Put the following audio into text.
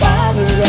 Father